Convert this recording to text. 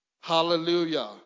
Hallelujah